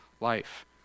life